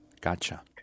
Gotcha